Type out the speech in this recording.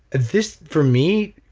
this for me,